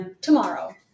Tomorrow